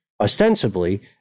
ostensibly